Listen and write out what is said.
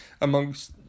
amongst